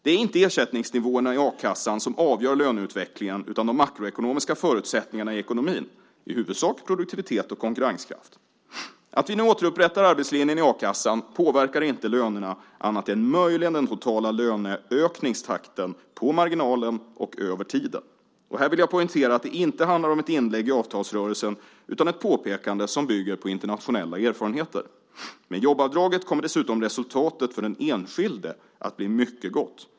Det är inte ersättningsnivåerna i a-kassan som avgör löneutvecklingen, utan de makroekonomiska förutsättningarna i ekonomin - i huvudsak produktivitet och konkurrenskraft. Att vi nu återupprättar arbetslinjen i a-kassan påverkar inte lönerna annat än möjligen den totala löneökningstakten, på marginalen och över tiden. Här vill jag poängtera att det inte handlar om ett inlägg i avtalsrörelsen utan ett påpekande som bygger på internationella erfarenheter. Med jobbavdraget kommer dessutom resultatet för den enskilde att bli mycket gott.